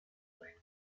sein